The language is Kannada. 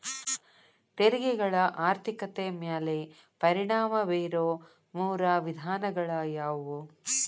ತೆರಿಗೆಗಳ ಆರ್ಥಿಕತೆ ಮ್ಯಾಲೆ ಪರಿಣಾಮ ಬೇರೊ ಮೂರ ವಿಧಾನಗಳ ಯಾವು